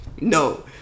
No